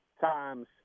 times